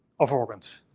of organs.